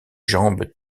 jambes